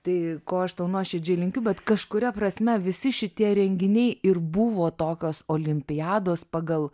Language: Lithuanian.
tai ko aš tau nuoširdžiai linkiu bet kažkuria prasme visi šitie renginiai ir buvo tokios olimpiados pagal